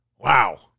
Wow